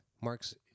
Mark's